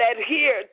adhere